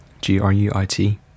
G-R-U-I-T